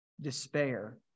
despair